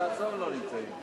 אי-אמון בממשלה לא נתקבלה.